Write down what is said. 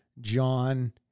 John